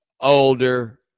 older